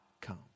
come